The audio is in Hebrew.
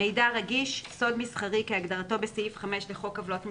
"מידע רגיש" סוד מסחרי כהגדרתו סעיף 5 לחוק עוולות מסחריות,